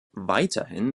weiterhin